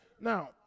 Now